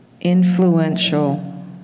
influential